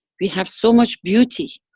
we have so much beauty.